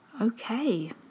Okay